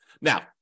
Now